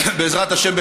בעזרת השם,